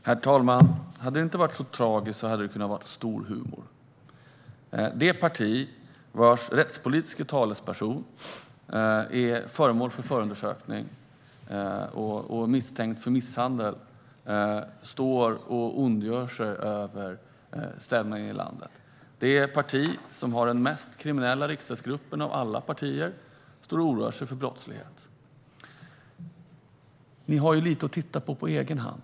Herr talman! Om det inte hade varit så tragiskt hade det kunnat vara stor humor. Det parti vars rättspolitiska talesperson är föremål för förundersökning och misstänkt för misshandel står och ondgör sig över stämningen i landet. Det parti som har den mest kriminella riksdagsgruppen av alla partier står och oroar sig för brottslighet. Ni har lite att titta på för egen del.